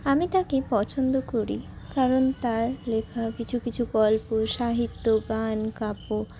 আমি তাঁকে পছন্দ করি কারণ তাঁর লেখা কিছু কিছু গল্প সাহিত্য গান কাব্য